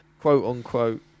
quote-unquote